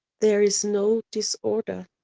there is no disorder.